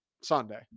Sunday